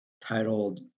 titled